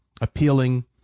appealing